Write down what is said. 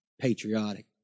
patriotic